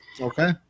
Okay